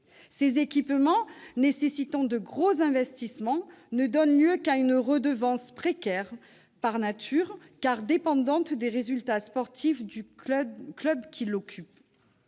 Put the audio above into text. Ces équipements, qui nécessitent de gros investissements, ne donnent lieu qu'à une redevance précaire par nature, puisqu'elle dépend des résultats sportifs du club qui l'occupe.